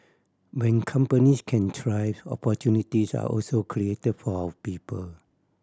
when companies can thrive opportunities are also created for our people